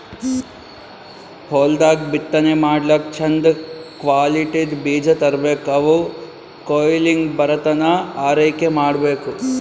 ಹೊಲ್ದಾಗ್ ಬಿತ್ತನೆ ಮಾಡ್ಲಾಕ್ಕ್ ಚಂದ್ ಕ್ವಾಲಿಟಿದ್ದ್ ಬೀಜ ತರ್ಬೆಕ್ ಅವ್ ಕೊಯ್ಲಿಗ್ ಬರತನಾ ಆರೈಕೆ ಮಾಡ್ಬೇಕ್